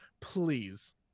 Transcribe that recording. please